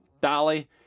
Dolly